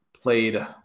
played